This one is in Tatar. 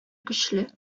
көчле